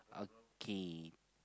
okay